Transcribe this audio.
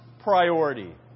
priority